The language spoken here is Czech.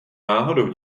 náhodou